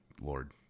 Lord